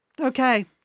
Okay